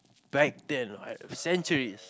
back then I centuries